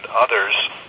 others